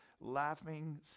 laughing